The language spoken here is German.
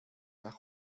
nach